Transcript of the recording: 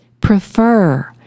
Prefer